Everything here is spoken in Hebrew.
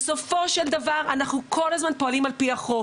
בסופו של דבר אנחנו כל הזמן פועלים על פי החוק.